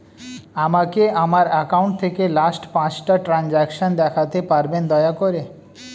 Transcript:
আমাকে আমার অ্যাকাউন্ট থেকে লাস্ট পাঁচটা ট্রানজেকশন দেখাতে পারবেন দয়া করে